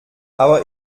aber